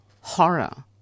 horror